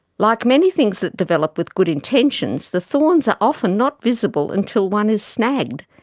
like many things that develop with good intentions, the thorns are often not visible until one is snagged,